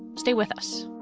stay with us